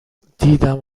دیدم